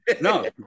No